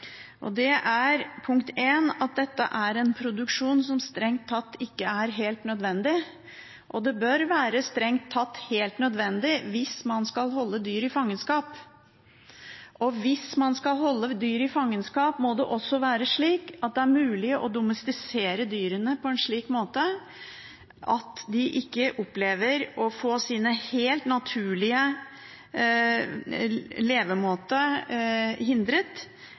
nødvendig hvis man skal holde dyr i fangenskap. Og hvis man skal holde dyr i fangenskap, må det også være mulig å domestisere dyrene på en slik måte at de ikke opplever å få sin helt naturlige levemåte hindret,